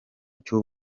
cy’u